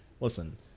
Listen